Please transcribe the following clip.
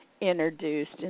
introduced